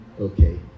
Okay